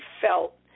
felt